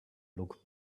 look